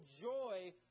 joy